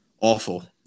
Awful